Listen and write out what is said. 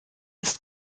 ist